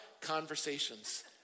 conversations